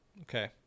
Okay